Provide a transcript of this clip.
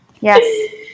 yes